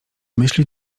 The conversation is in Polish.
myśli